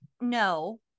No